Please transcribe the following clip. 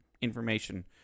information